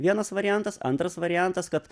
vienas variantas antras variantas kad